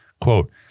quote